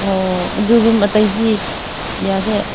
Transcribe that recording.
ꯑꯣ ꯑꯗꯨ ꯔꯨꯝ ꯑꯇꯩꯗꯤ ꯌꯥꯗꯦ